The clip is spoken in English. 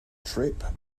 trip